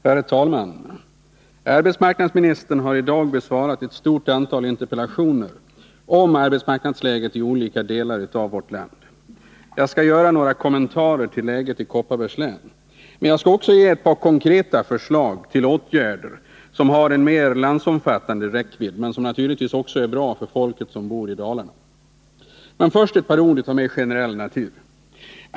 Herr talman! Arbetsmarknadsministern har i dag besvarat ett stort antal interpellationer om arbetsmarknadsläget i olika delar av vårt land. Jag skall göra några kommentarer till läget i Kopparbergs län. Men jag skall också ge ett par konkreta förslag till åtgärder som har en mer landsomfattande räckvidd och som naturligtvis också är bra för folk som bor i Dalarna. Först alltså ett par ord av mer generell natur.